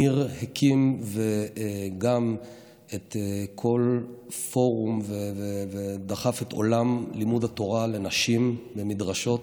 ניר הקים גם פורום ודחף את עולם לימוד התורה לנשים במדרשות,